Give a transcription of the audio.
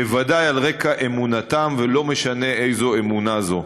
בוודאי על רקע אמונתם, ולא משנה איזו אמונה זו.